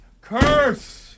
curse